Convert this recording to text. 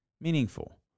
meaningful